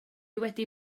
wedi